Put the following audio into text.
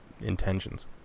intentions